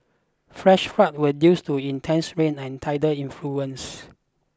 flash floods were due to intense rain and tidal influences